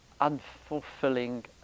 unfulfilling